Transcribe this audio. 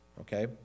okay